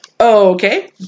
Okay